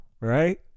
right